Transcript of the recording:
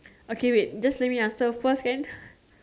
okay wait just let me answer first can